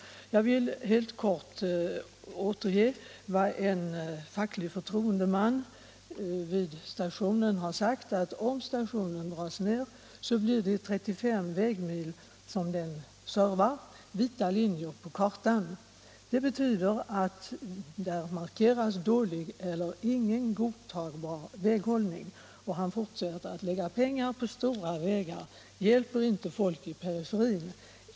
Om åtgärder mot Jag vill helt kort återge vad en facklig förtroendeman vid den aktuella = otillfredsställande stationen har sagt. Han förklarade att om stationen läggs ner, kommer = mottagningsförhålde 35 vägmil som den betjänar att markeras med vita linjer på kartan, landen för TV vilket betyder dålig eller icke godtagbar väghållning. Han fortsätter: Att — sändningar lägga pengar på stora vägar hjälper inte folket här i periferin.